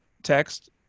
text